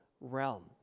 realm